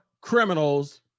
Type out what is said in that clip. criminals